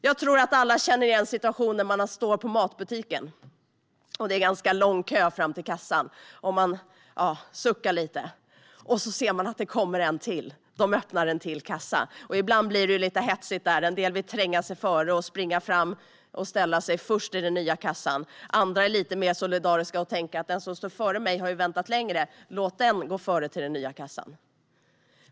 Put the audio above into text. Jag tror att vi alla känner igen situationen när man står i matbutiken och kön till kassan är ganska lång. Man suckar lite. Men så ser man att ytterligare en kassa öppnas. Ibland blir det lite hetsigt. En del vill tränga sig före och springa fram och ställa sig först i den nya kassan. Andra är lite mer solidariska och tänker att de som står framför mig har väntat längre; låt dem gå före till den nya kassan.